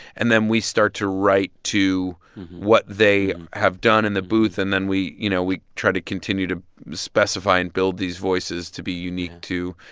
and then we start to write to what they have done in the booth. and then we you know, we try to continue to specify and build these voices to be unique to